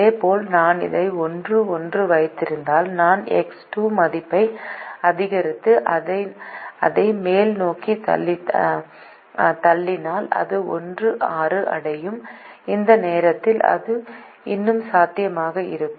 இதேபோல் நான் இதை 1 1 வைத்திருந்தால் நான் எக்ஸ் 2 மதிப்பை அதிகரித்து அதை மேல் நோக்கி தள்ளினால் அது 1 6 அடையும் அந்த நேரத்தில் அது இன்னும் சாத்தியமாக இருக்கும்